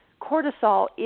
cortisol